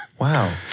Wow